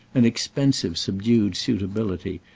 an expensive subdued suitability,